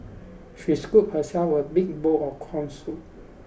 she scooped herself a big bowl of corn soup